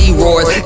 roars